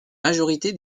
majorité